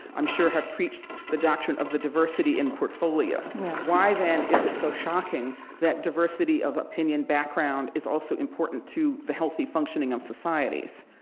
i'm sure, have preached the doctrine of the diversity in portfolio yeah why then is it so shocking that diversity of opinion, background, is also important to the healthy functioning of societies?